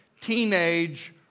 teenage